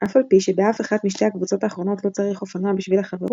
אף על פי שבאף אחת משתי הקבוצות האחרונות לא צריך אופנוע בשביל החברות,